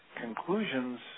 conclusions